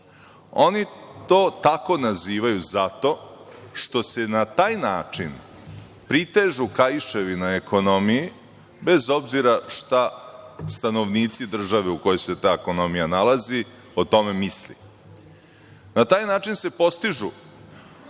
to tako nazivaju zato što se na taj način pritežu kaiševi na ekonomiji, bez obzira šta stanovnici države u kojoj se ta ekonomija nalazi o tome misli. Na taj način se postižu